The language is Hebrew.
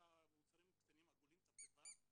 מוצרים קטנים עגולים, צפצפה,